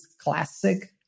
classic